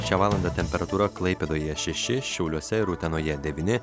šią valandą temperatūra klaipėdoje šeši šiauliuose ir utenoje devyni